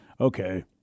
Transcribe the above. okay